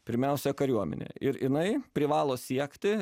pirmiausia kariuomenė ir jinai privalo siekti